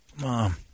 Mom